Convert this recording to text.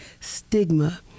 stigma